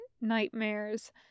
nightmares